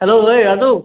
hello ঐ ৰাজু